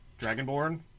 dragonborn